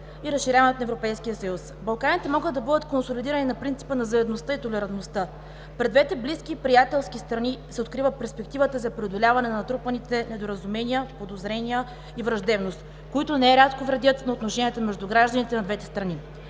и разширяването на Европейския съюз. Балканите могат да бъдат консолидирани на принципа на заедността и толерантността. Пред двете близки приятелски страни се открива перспективата за преодоляване на натрупаните недоразумения, подозрения и враждебност, които нерядко вредят на отношенията между гражданите на двете страни.